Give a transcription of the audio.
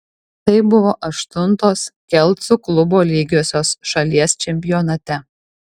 tai buvo aštuntos kelcų klubo lygiosios šalies čempionate